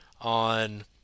on